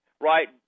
right